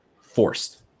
forced